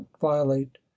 violate